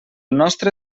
nostre